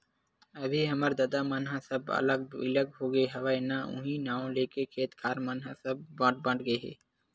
अभी हमर ददा मन ह सब अलग बिलग होगे हवय ना उहीं नांव लेके खेत खार मन ह सब बट बट गे हे